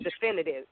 definitive